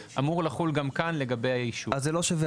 אמור לחול גם כאן לגבי האישור.